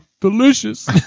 delicious